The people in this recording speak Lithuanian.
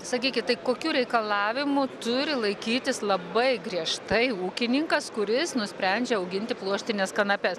sakykit tai kokių reikalavimų turi laikytis labai griežtai ūkininkas kuris nusprendžia auginti pluoštines kanapes